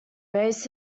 raised